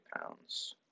pounds